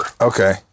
Okay